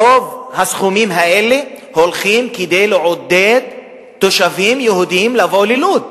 רוב הסכומים האלה הולכים כדי לעודד תושבים יהודים לבוא ללוד.